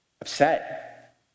upset